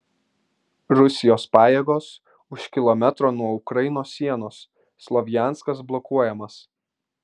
rusijos pajėgos už kilometro nuo ukrainos sienos slovjanskas blokuojamas